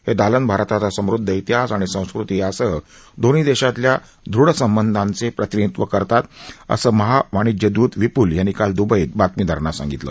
हे दालन भारताचा समृद्ध इतिहास आणि संस्कृतीसह दोन्ही देशातल्या दृढ संबंधांचे प्रतिनिधीत्व करतं असं महावाणिज्यदूत विपूल यांनी काल दुबईत बातमीदारांना सांगितलं